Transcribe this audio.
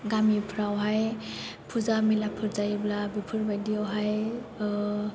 गामिफ्राव हाय फुजा मेलाफोर जायोब्ला बेफोर बायदियाव हाय